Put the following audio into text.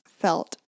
felt